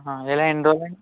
ఆ ఇలా ఎన్నిరోజులండి